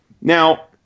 Now